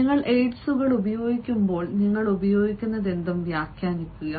നിങ്ങൾ എയ്ഡുകൾ ഉപയോഗിക്കുമ്പോൾ നിങ്ങൾ ഉപയോഗിക്കുന്നതെന്തും വ്യാഖ്യാനിക്കുക